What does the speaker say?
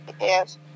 yes